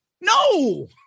No